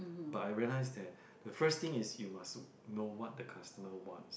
but I realise that the first thing is you must know what the customer wants